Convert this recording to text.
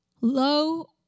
Low